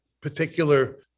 particular